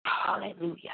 Hallelujah